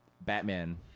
Batman